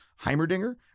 Heimerdinger